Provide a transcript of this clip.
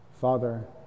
Father